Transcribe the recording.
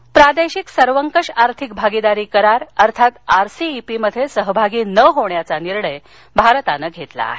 करार प्रादेशिक सर्वकष आर्थिक भागीदारी करार अर्थात आरसीईपी मध्ये सहभागी न होण्याचा निर्णय भारतानं घेतला आहे